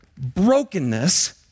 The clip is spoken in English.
brokenness